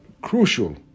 crucial